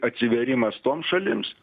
atsivėrimas toms šalims